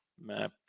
map